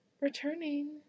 returning